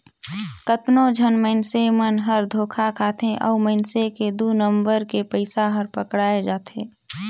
कतनो झन मइनसे मन हर धोखा खाथे अउ मइनसे के दु नंबर के पइसा हर पकड़ाए जाथे